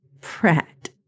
Pratt